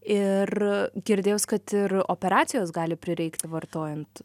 ir girdėjus kad ir operacijos gali prireikti vartojant